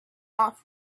off